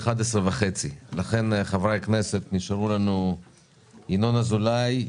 חבר הכנסת ינון אזולאי,